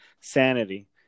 Sanity